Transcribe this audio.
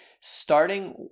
starting